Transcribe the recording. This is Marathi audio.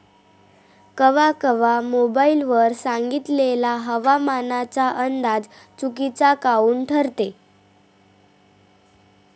कवा कवा मोबाईल वर सांगितलेला हवामानाचा अंदाज चुकीचा काऊन ठरते?